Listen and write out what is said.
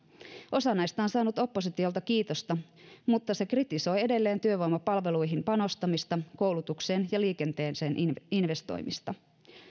osa näistä on saanut oppositiolta kiitosta mutta se kritisoi edelleen työvoimapalveluihin panostamista koulutukseen ja liikenteeseen investoimista